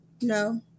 No